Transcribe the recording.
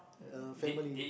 uh family